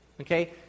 Okay